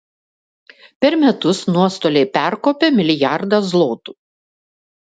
per metus nuostoliai perkopia milijardą zlotų